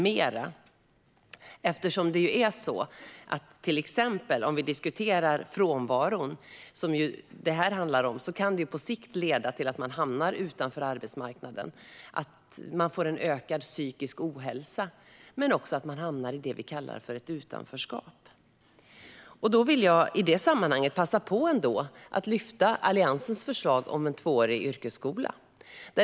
Frånvaro är en del av problemet, och på sikt kan den leda till att man hamnar utanför arbetsmarknaden, att man utsätts för ökad psykisk ohälsa eller att man hamnar i utanförskap. Jag vill i det här sammanhanget lyfta upp Alliansens förslag om en tvåårig yrkesskola.